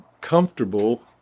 comfortable